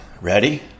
Ready